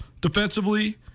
defensively